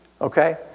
Okay